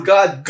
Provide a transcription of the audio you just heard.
God